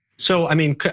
so i mean,